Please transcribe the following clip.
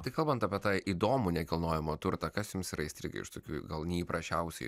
tik kalbant apie tą įdomų nekilnojamą turtą kas jums yra įstrigę iš tokių gal neįprasčiausia